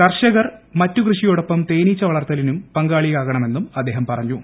കർഷകർ മറ്റു കൃഷിയോടൊപ്പം തേനീച്ച വളർത്തലിനും പങ്കാളികളാകണ്മെന്നും അദ്ദേഹം പറഞ്ഞു